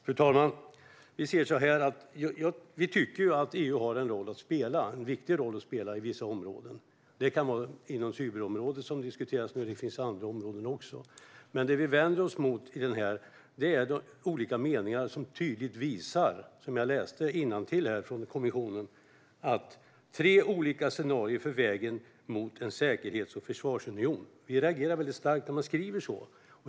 Fru talman! Vi tycker att EU har en viktig roll att spela på vissa områden, exempelvis cyberområdet. Det vi vänder oss emot är sådant som de tydliga formuleringarna om att kommissionen presenterar "tre olika scenarier för vägen mot en säkerhets och försvarsunion". Vi reagerar väldigt starkt när man skriver så.